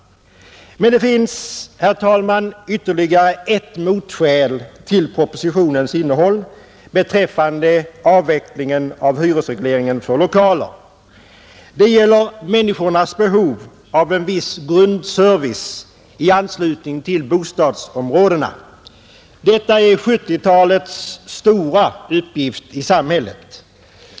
Men det finns, herr talman, ytterligare ett motskäl till propositionens innehåll beträffande avvecklingen av hyresregleringen för lokaler. Det gäller människornas behov av en viss grundservice i anslutning till bostadsområdena. Detta är 1970-talets stora uppgift i samhället.